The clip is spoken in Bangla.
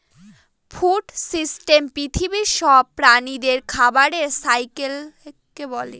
ফুড সিস্টেম পৃথিবীর সব প্রাণীদের খাবারের সাইকেলকে বলে